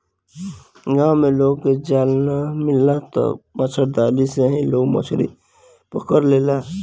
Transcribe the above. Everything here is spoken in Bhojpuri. गांव में लोग के जाल नाइ मिलेला तअ मछरदानी से ही लोग मछरी पकड़ लेला